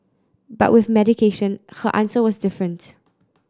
but with medication her answer was different